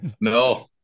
No